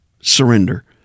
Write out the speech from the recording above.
surrender